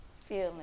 feeling